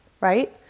right